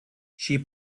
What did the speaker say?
she